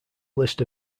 list